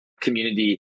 community